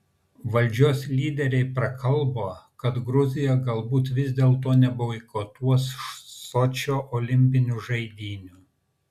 valdžios lyderiai prakalbo kad gruzija galbūt vis dėlto neboikotuos sočio olimpinių žaidynių